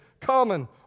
common